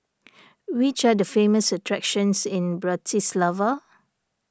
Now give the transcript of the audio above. which are the famous attractions in Bratislava